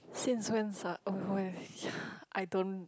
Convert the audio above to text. since when sia oh ya I don't